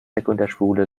sekundärspule